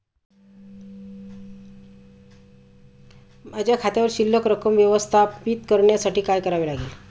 माझ्या खात्यावर शिल्लक रक्कम व्यवस्थापित करण्यासाठी काय करावे लागेल?